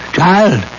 child